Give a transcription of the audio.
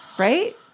Right